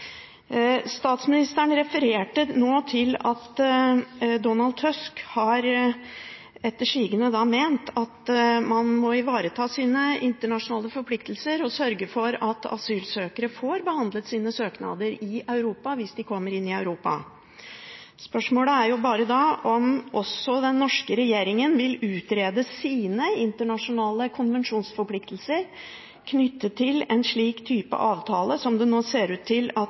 Statsministeren refererte nå til at Donald Tusk etter sigende har ment at man må ivareta sine internasjonale forpliktelser og sørge for at asylsøkere får behandlet sine søknader i Europa, hvis de kommer inn i Europa. Spørsmålet er bare da om også den norske regjeringen vil utrede sine internasjonale konvensjonsforpliktelser knyttet til en slik type avtale som det nå ser ut til at